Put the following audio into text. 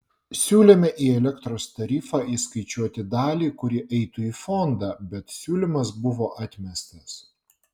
siūlėme į elektros tarifą įskaičiuoti dalį kuri eitų į fondą bet siūlymas buvo atmestas